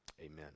Amen